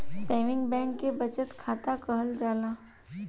saving bank के बचत खाता कहल जाला